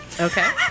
Okay